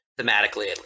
thematically